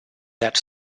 that